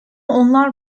onlar